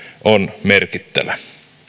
on merkittävä